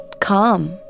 calm